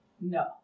No